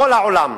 בכל העולם.